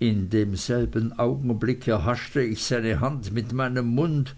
in demselben augenblick erhaschte ich seine hand mit meinem mund